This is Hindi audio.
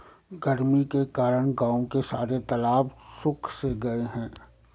गर्मी के कारण गांव के सारे तालाब सुख से गए हैं